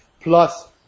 plus